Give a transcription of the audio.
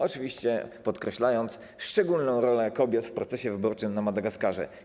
Oczywiście oświadczenie podkreślające szczególną rolę kobiet w procesie wyborczym na Madagaskarze.